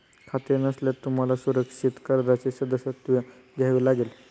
खाते नसल्यास तुम्हाला सुरक्षित कर्जाचे सदस्यत्व घ्यावे लागेल